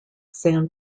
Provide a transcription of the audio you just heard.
san